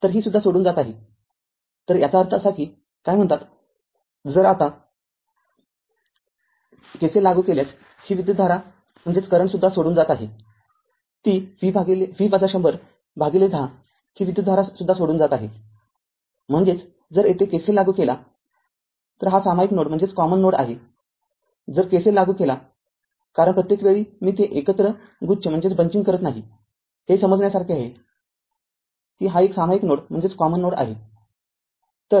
तर ही सुद्धा सोडून जात आहे तरत्याचा अर्थ असा की r काय म्हणतात जर आता जर r लागू केल्यास ही विद्युतधारा सुद्धा सोडून जात आहे ती V १०० भागिले १० ही विद्युतधारा सुद्धा सोडून जात आहेम्हणजेचजर येथे KCL लागू केला हा सामायिक नोड आहे जर KCL लागू केला कारण प्रत्येक वेळी मी ते एकत्र गुच्छ करत नाही हे समजण्यासारखे आहे की हा एक सामायिक नोड आहे